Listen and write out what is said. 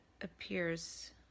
appears